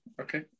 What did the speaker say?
okay